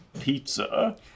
pizza